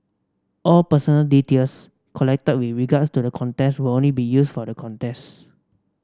all personal details collected with regards to the contest will only be used for the contest